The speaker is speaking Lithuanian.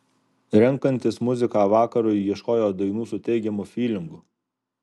renkantis muziką vakarui ieškojo dainų su teigiamu fylingu